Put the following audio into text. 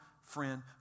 friend